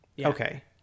Okay